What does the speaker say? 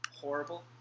horrible